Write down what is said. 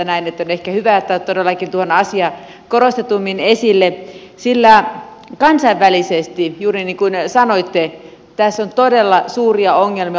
on ehkä hyvä että olette todellakin tuonut asian korostetummin esille sillä kansainvälisesti juuri niin kuin sanoitte tässä on todella suuria ongelmia